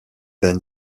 then